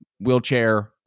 wheelchair